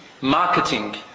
marketing